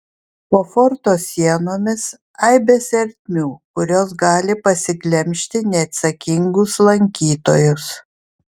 po forto sienomis aibės ertmių kurios gali pasiglemžti neatsakingus lankytojus